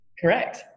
Correct